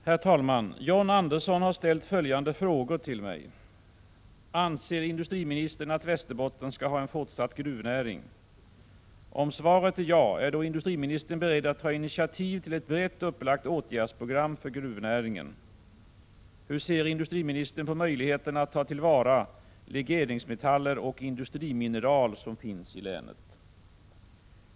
Herr talman! John Andersson har ställt följande frågor till mig: 2. Om svaret är ja, är då industriministern beredd att ta initiativ till ett brett upplagt åtgärdsprogram för gruvnäringen? 3. Hur ser industriministern på möjligheterna att ta till vara legeringsmetaller och industrimineral som finns i länet?